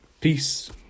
Peace